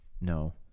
No